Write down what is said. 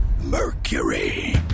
Mercury